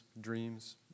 dreams